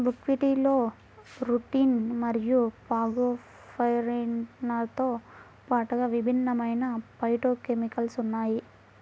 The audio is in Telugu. బుక్వీట్లో రుటిన్ మరియు ఫాగోపైరిన్లతో పాటుగా విభిన్నమైన ఫైటోకెమికల్స్ ఉన్నాయి